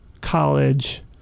college